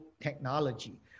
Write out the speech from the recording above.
technology